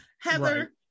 Heather